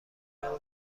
پنجاه